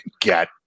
get